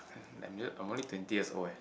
I knew it I'm only twenty years old eh